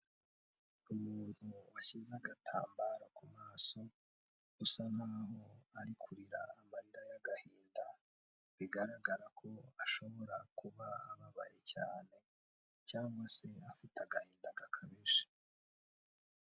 Umuntu washyize agatambaro ku maso usa nkaho ari kurira amarira y'agahinda, bigaragara ko ashobora kuba ababaye cyane cyangwa se afite agahinda gakabije.